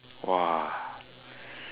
!wah!